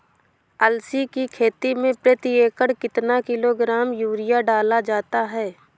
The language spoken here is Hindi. अलसी की खेती में प्रति एकड़ कितना किलोग्राम यूरिया डाला जाता है?